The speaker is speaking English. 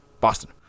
Boston